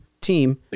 team